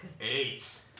Eight